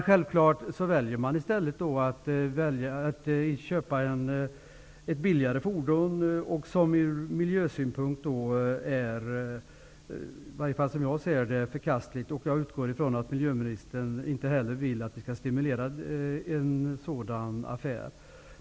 Självfallet väljer man då att köpa ett billigare fordon som från miljösynpunkt är förkastligt. Jag utgår ifrån att miljöministern inte heller vill att sådana affärer skall stimuleras.